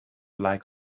like